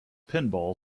pinball